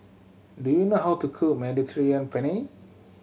do you know how to cook Mediterranean Penne